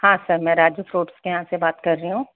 हाँ सर मैं राजू फ़्रूट्स के यहाँ से बात कर रही हूँ